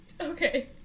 okay